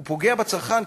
הוא פוגע בצרכן,